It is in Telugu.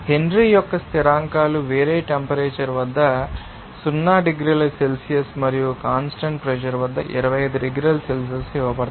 హెన్రీ యొక్క స్థిరాంకాలు వేరే టెంపరేచర్ వద్ద 0 డిగ్రీల సెల్సియస్ మరియు కాన్స్టాంట్ ప్రెషర్ వద్ద 25 డిగ్రీల సెల్సియస్ ఇవ్వబడతాయి